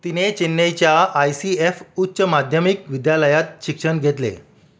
तिने चेन्नईच्या I C F उच्च माध्यमिक विद्यालयात शिक्षण घेतले